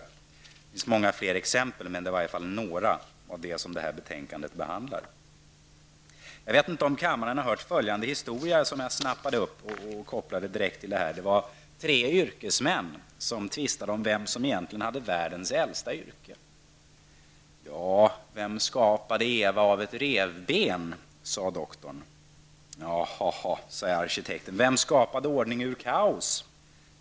Det finns många fler exempel, men detta är några av de frågor som behandlas i betänkandet. Jag vet inte om kammaren har hört följande historia som jag snappat upp och direkt kopplade till detta. Det var tre yrkesmän som tvistade om vem som egentligen hade världens äldsta yrke. Vem skapade Eva av ett revben?, sade doktorn. Haha, sade arkitekten, vem skapade ordning ur kaos?